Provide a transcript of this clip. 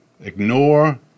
Ignore